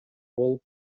болуп